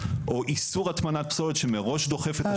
או איסור הטמנת פסולת שמראש דוחפת את